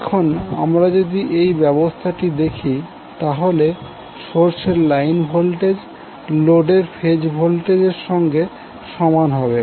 এখন আমরা যদি এই ব্যবস্থাটি দেখি তাহলে সোর্সের লাইন ভোল্টেজ লোডের ফেজ ভোল্টেজ এর সঙ্গে সমান হবে